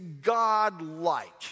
God-like